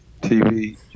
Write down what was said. TV